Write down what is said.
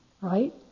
right